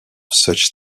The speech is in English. such